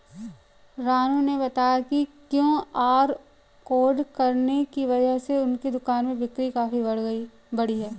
रानू ने बताया कि क्यू.आर कोड रखने की वजह से उसके दुकान में बिक्री काफ़ी बढ़ी है